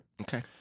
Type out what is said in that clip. Okay